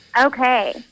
Okay